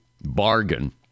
bargain